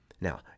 Now